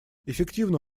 эффективно